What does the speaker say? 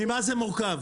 ממה זה מורכב?